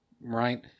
right